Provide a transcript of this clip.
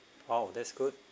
!wow! that's good